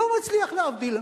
לא מצליח להבדיל.